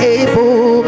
able